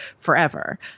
forever